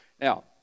Now